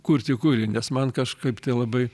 kurti kūrinį nes man kažkaip tai labai